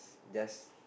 just